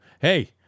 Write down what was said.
hey